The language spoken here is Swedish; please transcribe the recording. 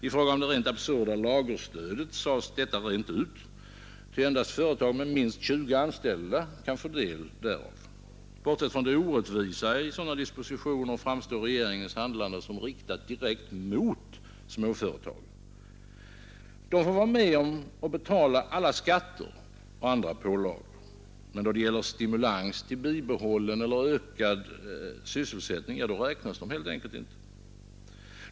I fråga om det rent absurda lagerstödet sades detta rent ut, ty endast företag med minst 20 anställda kan få del därav. Bortsett från det orättvisa i sådana dispositioner framstår regeringens handlande som riktat direkt mot småföretagen. De får vara med och betala alla skatter och andra pålagor. Men då det gäller stimulans till bibehållen eller ökad sysselsättning räknas de inte.